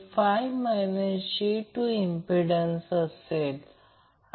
तर हा line current आहे तोच करंट येथे फेज एमपीडँस A ते N मध्ये येत आहे